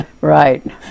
Right